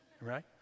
right